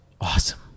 awesome